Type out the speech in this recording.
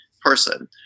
person